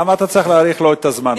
למה אתה צריך להאריך לו את הזמן?